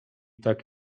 tak